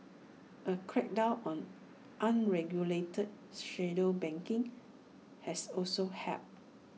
A crackdown on unregulated shadow banking has also helped